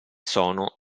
sono